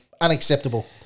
Unacceptable